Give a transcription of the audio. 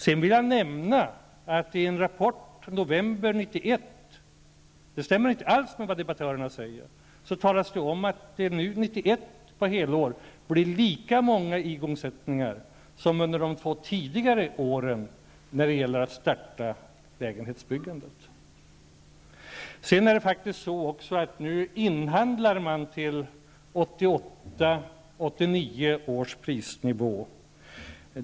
Sedan vill jag nämna att i en rapport, november 1991, talas det om att det under 1991, på helår, blir lika många igångsättningar av lägenhetsbyggande som under de två tidigare åren. Det stämmer inte alls med vad mina meddebattörer här säger. Det är faktiskt också så att nu inhandlar man till 1988/89 års prisnivå.